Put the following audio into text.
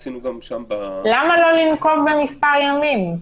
למה לא לנקוב במספר ימים?